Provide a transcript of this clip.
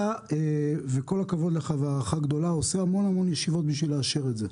אתה - וכל הכבוד לך והערכה גדולה עושה המון ישיבות כדי לאשר את זה.